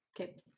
Okay